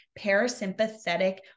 parasympathetic